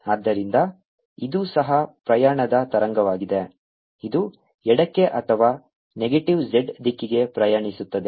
ಆದ್ದರಿಂದ ಇದು ಸಹ ಪ್ರಯಾಣದ ತರಂಗವಾಗಿದೆ ಇದು ಎಡಕ್ಕೆ ಅಥವಾ ನೆಗೆಟಿವ್ z ದಿಕ್ಕಿಗೆ ಪ್ರಯಾಣಿಸುತ್ತದೆ